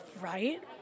Right